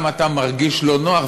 שגם אתה מרגיש לא נוח,